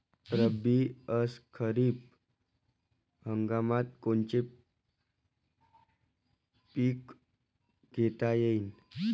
रब्बी अस खरीप हंगामात कोनचे पिकं घेता येईन?